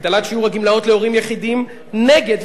הגדלת שיעור הגמלאות להורים יחידים, נגד.